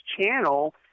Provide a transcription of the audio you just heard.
channel